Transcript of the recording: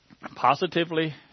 positively